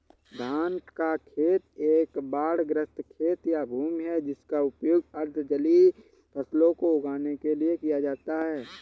धान का खेत एक बाढ़ग्रस्त खेत या भूमि है जिसका उपयोग अर्ध जलीय फसलों को उगाने के लिए किया जाता है